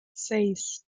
seis